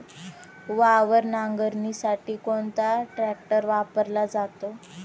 वावर नांगरणीसाठी कोणता ट्रॅक्टर वापरला जातो?